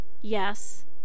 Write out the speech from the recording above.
yes